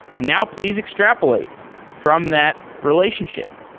now please extrapolate from that relationship,